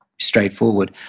straightforward